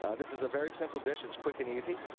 um this is a very simple dis it's quick and easy.